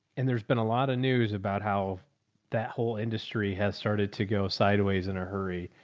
and there's been a lot of news about how that whole industry has started to go sideways in a hurry.